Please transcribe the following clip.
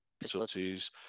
facilities